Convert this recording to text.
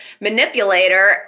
manipulator